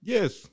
Yes